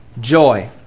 joy